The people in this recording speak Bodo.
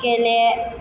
गेले